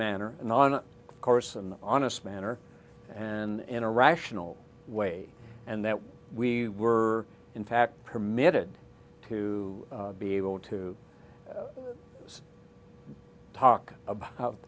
manner and on course and honest manner and in a rational way and that we were in fact permitted to be able to talk about